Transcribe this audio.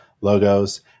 logos